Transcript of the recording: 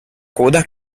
coda